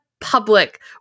public